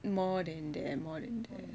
more than that more than that